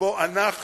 שבו אנחנו